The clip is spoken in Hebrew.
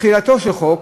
תחילתו של חוק,